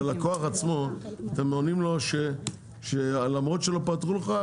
אבל ללקוח עצמו אתם עונים לו שלמרות שלא פתחו לך,